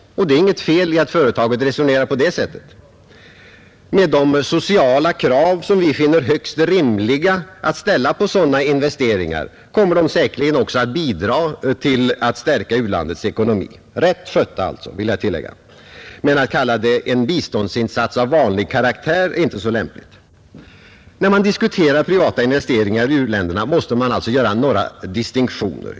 Och det är inget fel i att företaget resonerar på det sättet. Med de sociala krav som vi finner högst rimliga att ställa på sådana investeringar kommer de säkerligen också att bidra till att stärka u-landets ekonomi — rätt skötta, vill jag tillägga. Men att kalla det en biståndsinsats av vanlig karaktär är inte så lämpligt. När man diskuterar privata investeringar i u-länderna måste man göra några distinktioner.